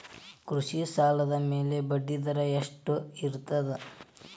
ಕೃಷಿ ಸಾಲದ ಮ್ಯಾಲೆ ಬಡ್ಡಿದರಾ ಎಷ್ಟ ಇರ್ತದ?